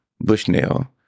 Bushnell